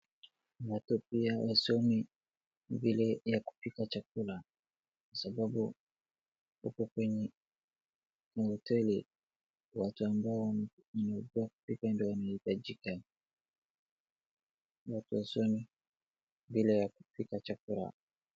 Watu pia wasome vile ya kupika chakula, sababu huko kwenye mahoteli watu ambao wanafaa kupika ndio wanahitajika, kwa hivyo wasome vile ya kupika chakula.